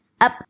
up